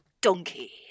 donkey